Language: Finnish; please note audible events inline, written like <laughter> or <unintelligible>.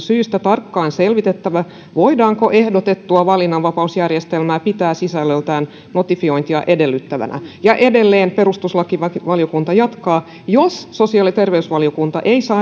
<unintelligible> syistä tarkkaan selvitettävä voidaanko ehdotettua valinnanvapausjärjestelmää pitää sisällöltään notifiointia edellyttävänä ja edelleen perustuslakivaliokunta jatkaa jos sosiaali ja terveysvaliokunta ei saa